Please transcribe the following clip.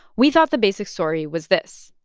we thought the basic story was this.